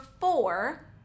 four